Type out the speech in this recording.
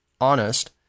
honest